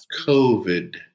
COVID